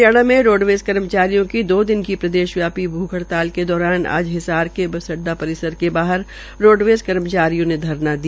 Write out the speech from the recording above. हरियाणा के रोडवेज कर्मचारियों की दो दिन की प्रदेशव्यापी भूख हड़ताल के दौरान आज हिसार के बस अड्डा परिसर के बाहर रोडवेज कर्मचारियों ने धरना दिया